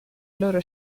loro